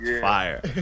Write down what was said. Fire